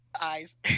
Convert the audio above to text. eyes